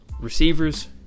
Receivers